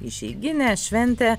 išeiginė šventė